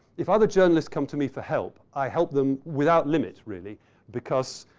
if other journalists come to me for help, i help them without limit really because